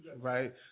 Right